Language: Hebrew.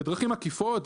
בדרכים עקיפות.